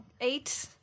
Eight